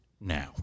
now